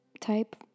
type